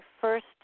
first